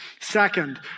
Second